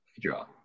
Draw